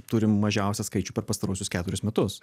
turim mažiausią skaičių per pastaruosius keturis metus